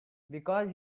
because